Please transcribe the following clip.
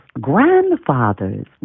grandfathers